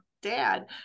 dad